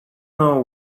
know